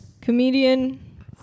Comedian